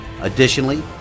Additionally